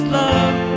love